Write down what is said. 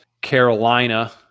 Carolina